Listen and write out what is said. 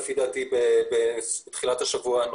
לדעתי בתחילת השבוע הנוכחי,